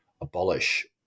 abolish